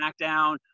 SmackDown